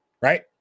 right